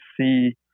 see